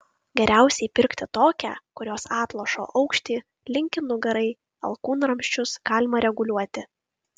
geriausiai pirkti tokią kurios atlošo aukštį linkį nugarai alkūnramsčius galima reguliuoti